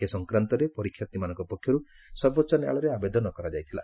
ଏ ସଂକ୍ରାନ୍ତରେ ପରୀକ୍ଷାର୍ଥୀମାନଙ୍କ ପକ୍ଷରୁ ସର୍ବୋଚ୍ଚ ନ୍ୟାୟାଳୟରେ ଆବେଦନ କରାଯାଇଥିଲା